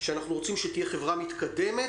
שאנחנו רוצים שתהיה חברה מתקדמת,